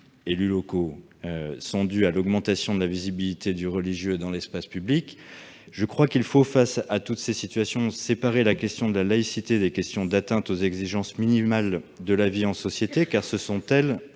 élus locaux, sont dus à l'augmentation de la visibilité du religieux dans l'espace public. Je crois que, face à toutes ces situations, il faut séparer la question de la laïcité des questions d'atteintes aux exigences minimales de la vie en société, car ce sont elles